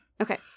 Okay